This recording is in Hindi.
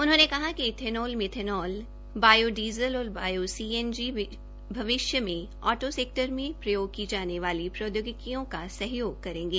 उनहोंने कहा कि इथेनॉल मीथनॉल बायो डीज़न और बायो सीएनजी भविष्य में ऑटो सेक्टर में प्रयोग की जाने वाली प्रौदयोगिकी का सहयोग करेंगे